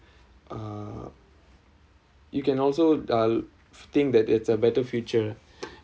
uh you can also uh think that it's a better future